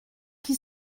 qui